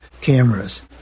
cameras